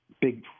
Big